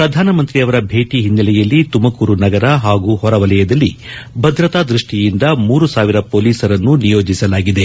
ಪ್ರಧಾನಮಂತ್ರಿ ಭೇಟಿ ಹಿನ್ನೆಲೆಯಲ್ಲಿ ತುಮಕೂರು ನಗರ ಹಾಗೂ ಹೊರವಲಯದಲ್ಲಿ ಭದ್ರತಾ ದೃಷ್ಟಿಯಿಂದ ಮೂರು ಸಾವಿರ ಪೊಲೀಸರನ್ನು ನಿಯೋಜಿಸಲಾಗಿದೆ